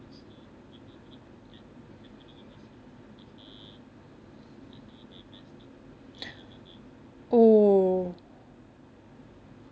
oh